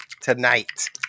tonight